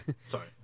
sorry